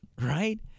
right